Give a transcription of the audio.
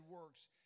works